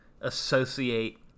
associate